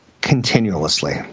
continuously